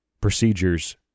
procedures